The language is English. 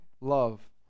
Love